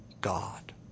God